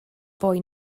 fwy